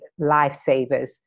lifesavers